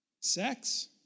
Sex